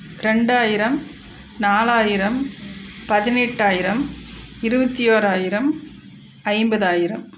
ரெண்டாயிரம் நாலாயிரம் பதினெட்டாயிரம் இருபத்தி ஓராயிரம் ஐம்பதாயிரம்